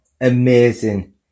amazing